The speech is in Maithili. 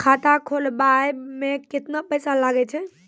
खाता खोलबाबय मे केतना पैसा लगे छै?